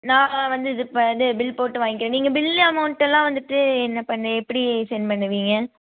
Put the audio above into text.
நான் வந்து இது இப்போ இது பில் போட்டு வாங்கிறேன் நீங்கள் பில்லு அமௌண்ட்டல்லாம் வந்துவிட்டு என்ன பண்ணி எப்படி சென்ட் பண்ணுவீங்க